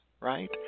right